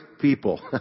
people